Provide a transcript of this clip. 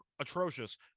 atrocious